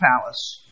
palace